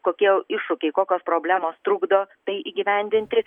kokie iššūkiai kokios problemos trukdo tai įgyvendinti